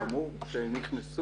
בסדר גמור, כשנכנסו